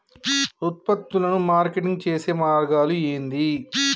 ఉత్పత్తులను మార్కెటింగ్ చేసే మార్గాలు ఏంది?